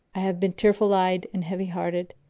i have been tearful eyed and heavy hearted,